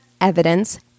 evidence